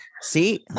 see